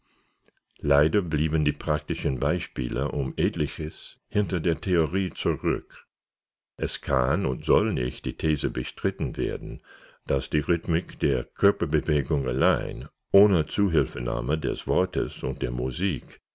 leider blieben die praktischen beispiele um etliches hinter der theorie zurück es kann und soll nicht die these bestritten werden daß die rhythmik der körperbewegung allein ohne zuhilfenahme des wortes und der musik